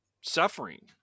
suffering